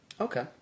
Okay